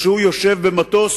וכשהוא יושב במטוס